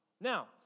Now